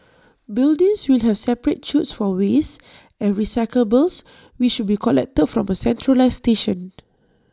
buildings will have separate chutes for waste and recyclables which be collected from A centralised station